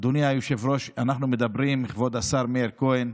אדוני היושב-ראש, כבוד השר מאיר כהן,